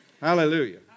Hallelujah